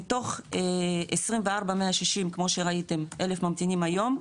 מתוך 24,160 אלף ממתינים היום,